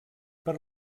per